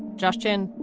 justin,